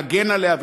להגן עליה,